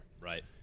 Right